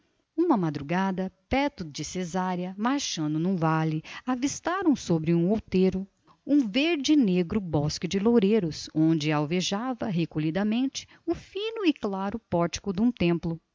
uma madrugada perto de cesareia marchando num vale avistaram sobre um outeiro um verde negro bosque de loureiros onde alvejava recolhidamente o fino e claro pórtico de um templo